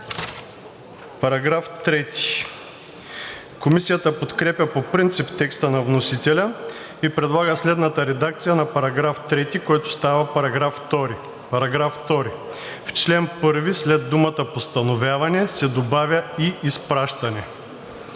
отхвърлен. Комисията подкрепя по принцип текста на вносителя и предлага следната редакция на § 3, който става § 2. „§ 2. В чл. 1 след думата „постановяване“ се добавя „и изпращане“.